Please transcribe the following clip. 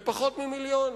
לפחות ממיליון,